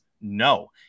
no